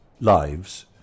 lives